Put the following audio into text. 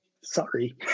sorry